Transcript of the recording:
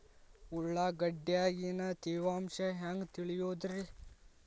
ಉಳ್ಳಾಗಡ್ಯಾಗಿನ ತೇವಾಂಶ ಹ್ಯಾಂಗ್ ತಿಳಿಯೋದ್ರೇ?